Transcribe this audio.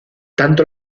tanto